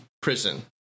prison